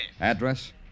Address